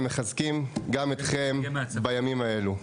ומחזקים גם אתכם בימים האלה.